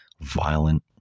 violent